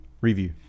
Review